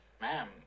Ma'am